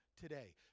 today